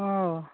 ओ